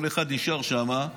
כל אחד נשאר שם,